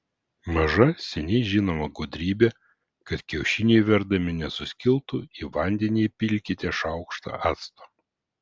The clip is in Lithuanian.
maža seniai žinoma gudrybė kad kiaušiniai virdami nesuskiltų į vandenį įpilkite šaukštą acto